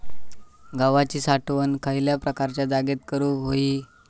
गव्हाची साठवण खयल्या प्रकारच्या जागेत करू होई?